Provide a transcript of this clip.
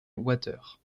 water